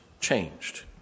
changed